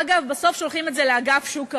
אגב, בסוף שולחים את זה לאגף שוק ההון.